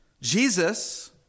Jesus